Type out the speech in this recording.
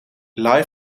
live